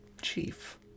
Chief